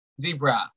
Zebra